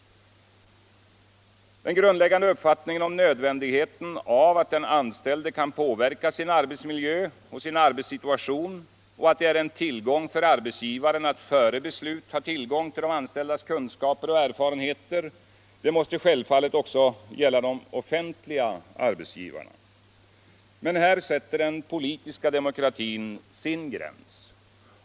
Den grundläggande uppfattningen om nödvändigheten av att den anställde kan påverka sin arbetsmiljö och arbetssituation och att det är en tillgång för arbetsgivaren att före beslut ha tillgång till de anställdas kunskaper och erfarenheter måste självfallet gälla också för de offentliga arbetsgivarna. Men här sätter den politiska demokratin sin gräns.